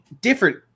different